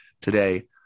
today